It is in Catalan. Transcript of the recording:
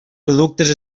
productes